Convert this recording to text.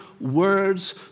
words